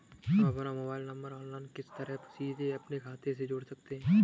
हम अपना mobile number online किस तरह सीधे अपने खाते में जोड़ सकते हैं?